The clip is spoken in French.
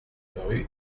rue